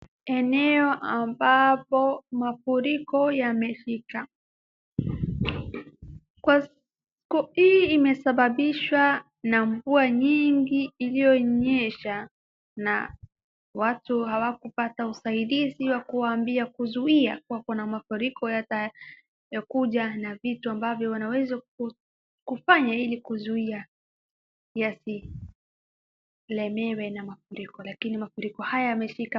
Eneo ambapo mafuriko yamefika. Kwa hii imesababishwa na mvua nyingi iliyonyesha na watu hawa kupata usaidizi ya kuwa ambia kuzuia wako mafuriko ya kuja na vitu ambavyo wanaweza kufanya ili kuzuia yasilemewe na mafuriko lakini mafuriko haya yameshika[.]